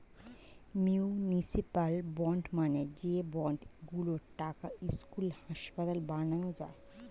municipal bond মানে যে bond গুলোর টাকায় স্কুল, হাসপাতাল বানানো যায়